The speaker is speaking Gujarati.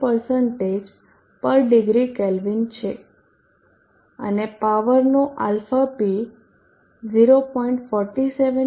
34 પર ડિગ્રી કેલ્વિન છે અને પાવરનો αp 0